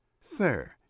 Sir